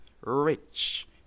rich